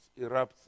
erupts